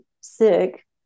sick